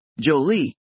Jolie